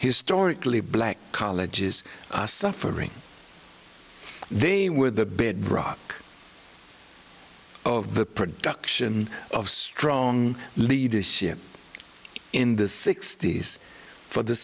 historically black colleges suffering they were the bedrock of the production of strong leadership in the sixty's for the